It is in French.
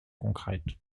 concrète